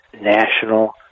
national